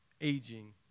aging